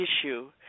issue